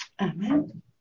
Amen